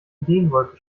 ideenwolke